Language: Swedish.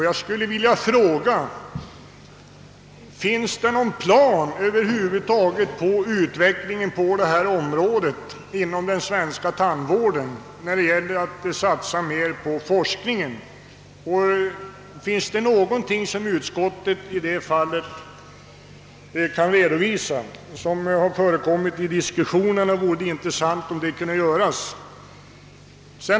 Jag skulle vilja fråga om det över huvud taget finns någon plan över utvecklingen på detta område inom den svenska tandvården? Härmed avser jag en plan över vad som kan och bör satsas på forskning. Om det i detta hänseende förekommit något i diskussionerna, vore det intressant med en redovisning däröver.